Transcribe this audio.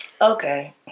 okay